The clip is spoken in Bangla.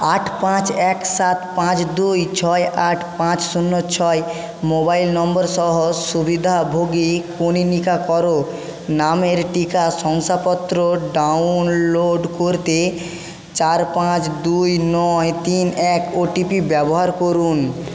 আট পাঁচ এক সাত পাঁচ দুই ছয় আট পাঁচ শূন্য ছয় মোবাইল নম্বর সহ সুবিধাভোগী কনীনিকা কর নামের টিকা শংসাপত্র ডাউনলোড করতে চার পাঁচ দুই নয় তিন এক ওটিপি ব্যবহার করুন